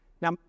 now